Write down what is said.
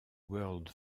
world